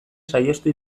saihestu